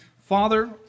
Father